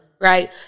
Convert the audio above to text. Right